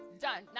Done